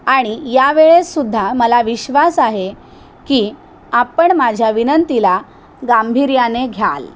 आणि यावेळेस सुद्धा मला विश्वास आहे की आपण माझ्या विनंतीला गांभीर्याने घ्याल